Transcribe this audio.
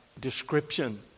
description